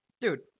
Dude